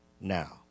now